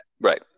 Right